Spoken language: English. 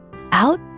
out